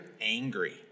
angry